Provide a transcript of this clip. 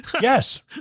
Yes